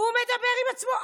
הוא מדבר עם עצמו.